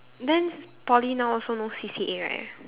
then Poly now also no C_C_A right